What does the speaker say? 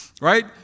right